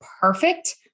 perfect